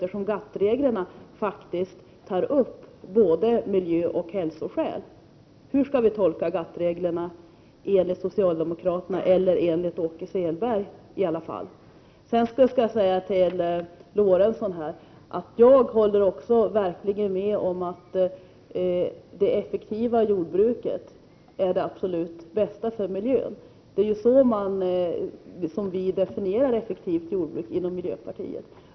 I GATT-reglerna behandlas både miljöoch hälsofrågor. Hur skall vi tolka GATT:-reglerna — enligt socialdemokraternas eller enligt Åke Selbergs speciella uppfattning? Till Lorentzon vill jag säga att också jag verkligen håller med om att det effektiva jordbruket är det absolut bästa för miljön. Miljöpartiets definition av begreppet effektivt jordbruk går ut på detta.